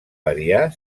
variar